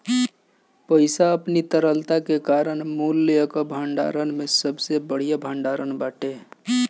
पईसा अपनी तरलता के कारण मूल्य कअ भंडारण में सबसे बढ़िया भण्डारण बाटे